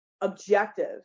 objective